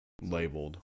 Labeled